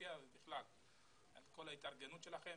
באתיופיה ובכלל על כל ההתארגנות שלכם.